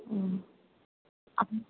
आप